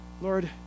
Lord